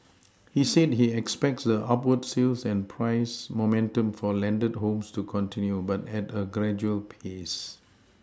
he said he expects the upward sales and price momentum for landed homes to continue but at a gradual pace